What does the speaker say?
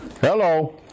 Hello